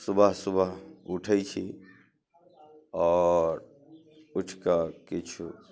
सुबह सुबह उठै छी आओर उठिके किछु